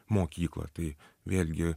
mokyklą tai vėlgi